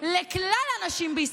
אני מתפלא עליך.